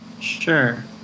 Sure